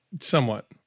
Somewhat